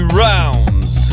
rounds